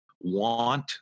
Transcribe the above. want